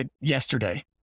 yesterday